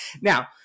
Now